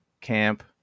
camp